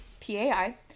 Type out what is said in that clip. P-A-I